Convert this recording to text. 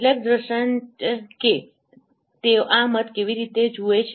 કેટલાક દૃષ્ટાંત કે તેઓ આ મત કેવી રીતે જુએ છે